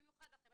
במיוחד לכם,